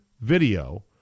video